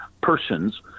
persons